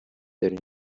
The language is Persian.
دارین